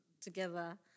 together